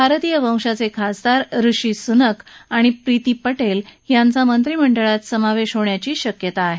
भारतीय वंशाचे खासदार ऋषी सुनक आणि प्रिती पटेल यांचा मंत्रिमंडळात समावेश होण्याची शक्यता आहे